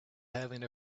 having